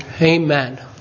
Amen